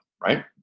right